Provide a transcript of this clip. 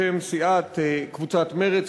בשם קבוצת מרצ,